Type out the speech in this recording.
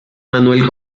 manuel